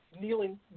kneeling